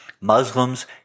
Muslims